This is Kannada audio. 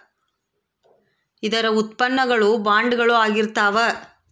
ಇದರ ಉತ್ಪನ್ನ ಗಳು ಬಾಂಡುಗಳು ಆಗಿರ್ತಾವ